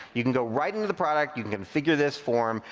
you can go right into the product, you can configure this form,